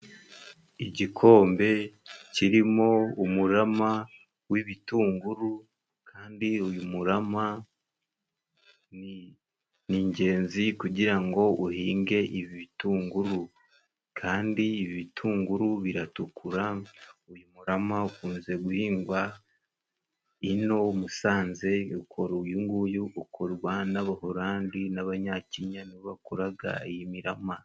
Igikombe kirimo umurama w'ibitunguru kandi uyu murama ni ingenzi kugira ngo uhinge ibitunguru kandi ibitunguru biratukura. Uyu murama ukunze guhingwa ino Musanze, uyunguyu ukorwa n'Abahorandi n'Abanyakenya, ni bo bakoraga iyi mirama.